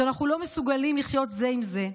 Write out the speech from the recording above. שאנחנו לא מסוגלים לחיות זה עם זה,